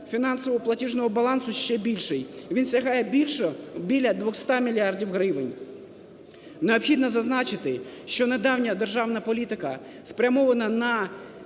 фінансово-платіжного балансу ще більший, він сягає біля 200 мільярдів гривень. Необхідно зазначити, що недавня державна політика, спрямована на